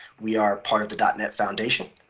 we are part of the dot net foundation.